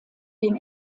den